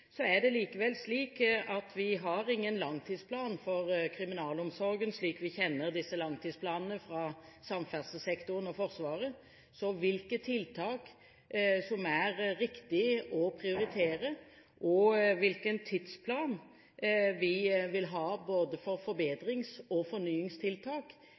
Det er likevel slik at vi har ingen langtidsplan for kriminalomsorgen slik vi kjenner langtidsplanene fra samferdselssektoren og Forsvaret. Så hvilke tiltak som det er riktig å prioritere, og hvilken tidsplan vi vil ha for både forbedrings- og fornyingstiltak,